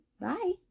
Bye